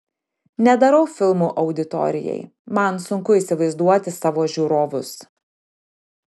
nedarau filmų auditorijai man sunku įsivaizduoti savo žiūrovus